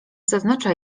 zaznacza